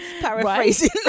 Paraphrasing